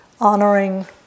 honoring